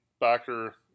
backer